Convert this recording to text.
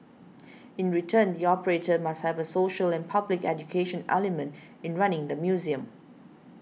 in return the operator must have a social and public education element in running the museum